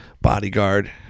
bodyguard